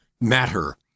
matter